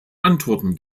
antworten